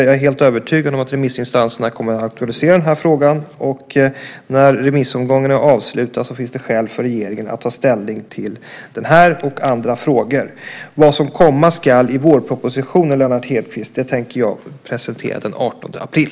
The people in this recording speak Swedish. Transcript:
Jag är helt övertygad om att remissinstanserna kommer att aktualisera denna fråga, och när remissomgången är avslutad finns det skäl för regeringen att ta ställning till både denna och andra frågor. Vad som komma skall i vårpropositionen, Lennart Hedquist, tänker jag presentera den 18 april.